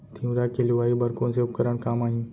तिंवरा के लुआई बर कोन से उपकरण काम आही?